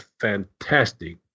fantastic